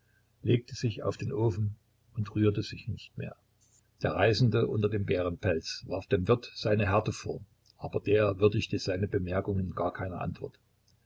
legte sich dann unbeweglich auf den ofen der reisende unter dem bärenpelz warf dem wirte im ton eines sehr energischen protestes seine härte vor aber der würdigte seine bemerkungen gar keiner antwort